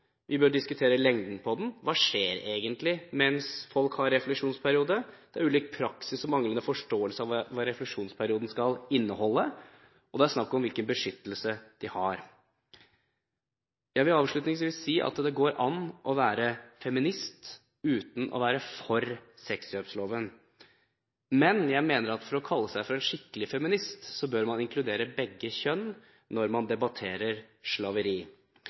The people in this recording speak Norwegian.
Vi bør diskutere lengden på den. Hva skjer egentlig mens folk har refleksjonsperiode. Det er ulik praksis og manglende forståelse av hva refleksjonsperioden skal inneholde, og det er snakk om hvilken beskyttelse de har. Jeg vil avslutningsvis si at det går an å være feminist uten å være for sexkjøpsloven, men jeg mener at for å kunne kalle seg en skikkelig feminist, bør man inkludere begge kjønn når man debatterer slaveri.